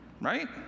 Right